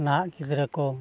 ᱱᱟᱦᱟᱜ ᱜᱤᱫᱽᱨᱟᱹ ᱠᱚ